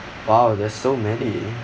!wow! there's so many